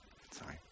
Sorry